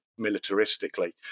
militaristically